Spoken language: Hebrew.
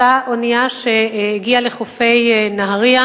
אותה אונייה שהגיעה לחופי נהרייה